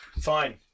Fine